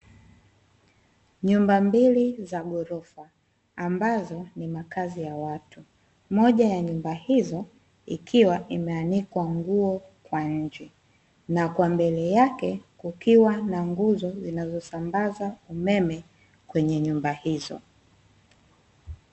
Nyumba mbili za ghorofa ambazo ni makazi ya watu, moja ya nyumba hizo ikiwa imeanikwa nguo kwa nje na kwa mbele yake kukiwa na nguzo zinazosambaza umeme kwenye nyumba hizo.